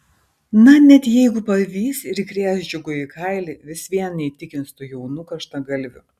na net jeigu pavys ir įkrės džiugui į kailį vis vien neįtikins tų jaunų karštagalvių